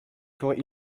forêts